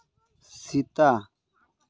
ᱥᱮᱛᱟ